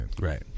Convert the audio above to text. right